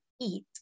eat